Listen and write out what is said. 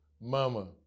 Mama